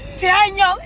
Daniel